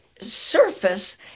surface